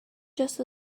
just